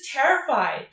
terrified